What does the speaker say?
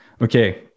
Okay